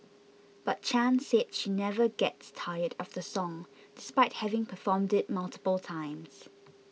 but Chan said she never gets tired of the song despite having performed it multiple times